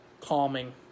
calming